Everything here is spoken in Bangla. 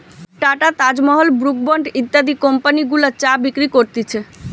tata, Taj Mahal, Brooke Bond ইত্যাদি কম্পানি গুলা চা বিক্রি করতিছে